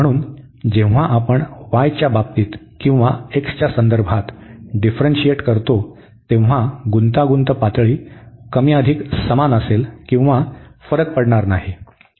म्हणून जेव्हा आपण y च्या बाबतीत किंवा x च्या संदर्भात डिफ्रन्शीएट करतो तेव्हा गुंतागुंत पातळी कमी अधिक समान असेल किंवा फरक पडणार नाही